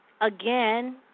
again